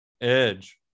edge